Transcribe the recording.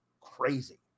crazy